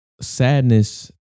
Sadness